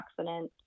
antioxidants